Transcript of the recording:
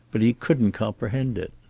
but he couldn't comprehend it.